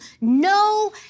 no